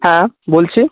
হ্যাঁ বলছি